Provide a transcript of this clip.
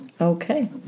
Okay